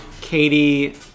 Katie